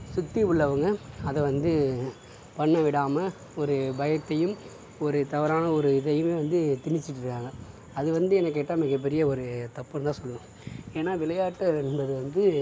சுற்றி உள்ளவங்க அதை வந்து பண்ண விடாமல் ஒரு பயத்தையும் ஒரு தவறான ஒரு இதையும் வந்து திணிச்சிட்டுருக்காங்க அது வந்து என்னை கேட்டால் மிக பெரிய ஒரு தப்புனுதான் சொல்லுவேன் ஏனால் விளையாட்டு அப்படின்றது வந்து